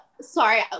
sorry